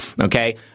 okay